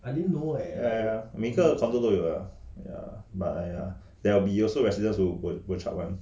ya ya ya 每个 condo 都有的 ya but !aiya! there will be also residents bochup one